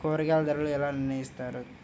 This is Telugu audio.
కూరగాయల ధరలు ఎలా నిర్ణయిస్తారు?